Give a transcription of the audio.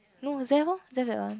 no that one